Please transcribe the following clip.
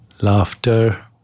laughter